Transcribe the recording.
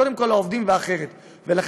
קודם כול העובדים, ואחרי כן.